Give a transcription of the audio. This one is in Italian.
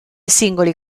singoli